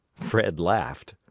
fred laughed.